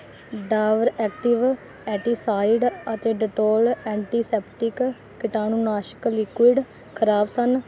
Dabur active antacid ਅਤੇ Dettol antiseptic ਕੀਟਾਣੂਨਾਸ਼ਕ liquid ਖ਼ਰਾਬ ਸਨ